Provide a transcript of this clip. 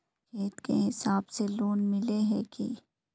खेत के हिसाब से लोन मिले है की?